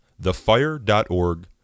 thefire.org